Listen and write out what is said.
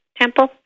Temple